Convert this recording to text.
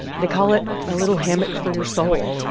they call it a little hammock for your soul